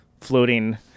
floating